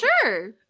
Sure